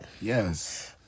Yes